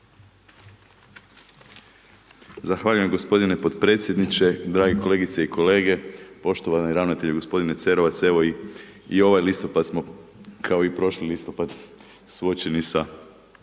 Zahvaljujem gospodine potpredsjedniče, drage kolegice i kolege, poštovani ravnatelju gospodine Cerovac. Evo, i ovaj listopad smo, kao i prošli listopad suočeni sa